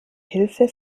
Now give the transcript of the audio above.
hilfe